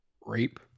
Rape